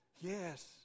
Yes